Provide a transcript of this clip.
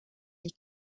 les